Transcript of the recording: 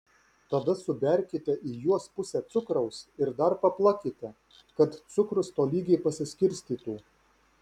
tada suberkite į juos pusę cukraus ir dar paplakite kad cukrus tolygiai pasiskirstytų